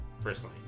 personally